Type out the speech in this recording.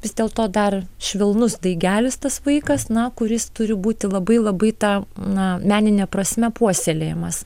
vis dėlto dar švelnus daigelis tas vaikas na kuris turi būti labai labai tą na menine prasme puoselėjamas